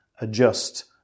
adjust